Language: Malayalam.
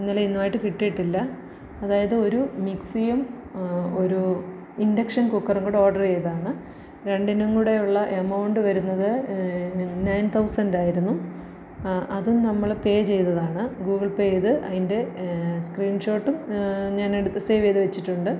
ഇന്നലെ ഇന്നുമായിട്ട് കിട്ടിയിട്ടില്ല അതായത് ഒരു മിക്സിയും ഒരു ഇന്റക്ഷൻ കുക്കറുങ്കൂടോഡര് ചെയ്തതാണ് രണ്ടിനുങ്കൂടെയുള്ള എമൗണ്ട് വരുന്നത് നയൻ തൗസൻറ്റായിരുന്നു അതും നമ്മള് പേ ചെയ്തതാണ് ഗൂഗിൾ പേ ചെയ്ത് അതിന്റെ സ്ക്രീൻ ഷോട്ടും ഞാനെടുത്ത് സേവ് ചെയ്ത് വച്ചിട്ടുണ്ട്